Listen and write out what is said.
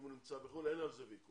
אם הוא נמצא בחו"ל, אין על זה ויכוח.